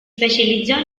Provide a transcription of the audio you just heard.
specializzò